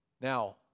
Now